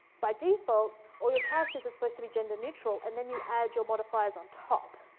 by default, all your characters are supposed to be gender neutral, and then you add your modifiers on top.